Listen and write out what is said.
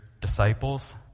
disciples